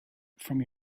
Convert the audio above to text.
from